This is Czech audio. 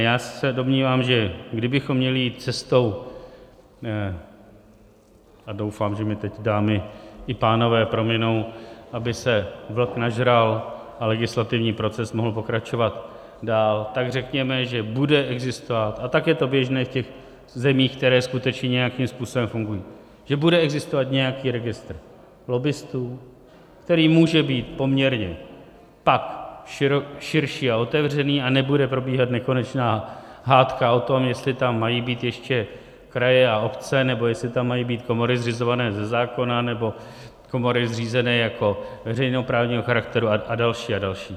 Já se domnívám, že kdybychom měli jít cestou, a doufám, že mi teď dámy i pánové prominou, aby se vlk nažral a legislativní proces mohl pokračovat dál, tak řekněme, že bude existovat, a tak je to běžné v těch zemích, které skutečně nějakým způsobem fungují, že bude existovat nějaký registr lobbistů, který může být poměrně pak širší a otevřený, a nebude probíhat nekonečná hádka o tom, jestli tam mají být ještě kraje a obce, nebo jestli tam mají být komory zřizované ze zákona, nebo komory zřízené jako veřejnoprávního charakteru a další a další.